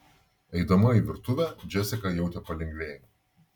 eidama į virtuvę džesika jautė palengvėjimą